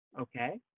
Okay